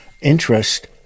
interest